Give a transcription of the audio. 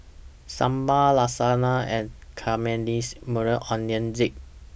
Sambar Lasagna and Caramelized Maui Onion Dip